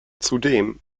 zudem